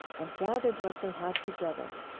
and gathered what they had together,